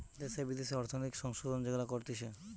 দ্যাশে বিদ্যাশে অর্থনৈতিক সংশোধন যেগুলা করতিছে